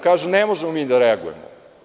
Kažu – ne možemo mi da reagujemo.